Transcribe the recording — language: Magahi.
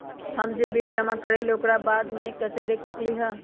हम जे बिल जमा करईले ओकरा बाद में कैसे देख सकलि ह?